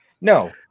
No